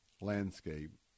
landscape